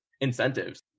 incentives